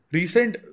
recent